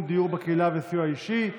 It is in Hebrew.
דיור בקהילה וסיוע אישי),